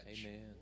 Amen